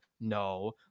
No